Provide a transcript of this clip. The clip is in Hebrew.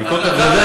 אני כל כך יודע,